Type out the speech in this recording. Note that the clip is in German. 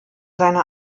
seiner